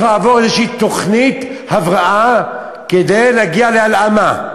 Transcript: לעבור איזו תוכנית הבראה כדי להגיע להלאמה.